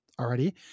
already